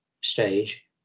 stage